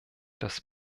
das